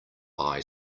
eye